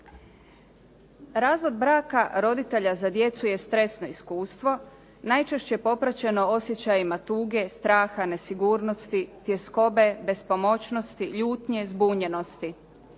Razvod braka roditelja za djecu je stresno iskustvo najčešće popraćeno osjećajima tuge, straha, nesigurnosti, tjeskobe, bespomoćnosti, ljutnje, zbunjenosti,